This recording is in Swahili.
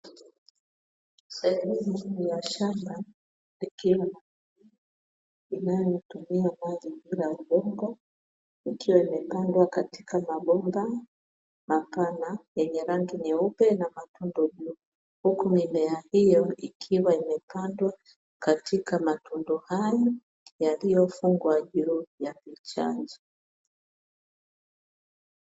Sehemu kubwa ya shamba ikiwa inayo tumia maji bila udongo, ikiwa imepandwa katika mabomba mapana yenye rangi nyeupe na matundu juu. Huku mimea hiyo ikiwa imepandwa katika matundu hayo yaliyofungwa juu ya kichanja.